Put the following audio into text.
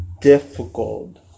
difficult